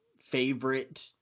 favorite